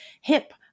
hip